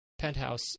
penthouse